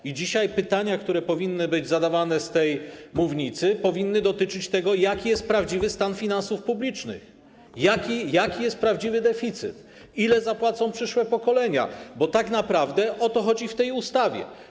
I dzisiaj pytania, które powinny być zadawane z tej mównicy, powinny dotyczyć tego, jaki jest prawdziwy stan finansów publicznych, jaki jest prawdziwy deficyt, ile zapłacą przyszłe pokolenia, bo tak naprawdę o to chodzi w tej ustawie.